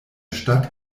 stadt